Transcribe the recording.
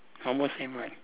almost same right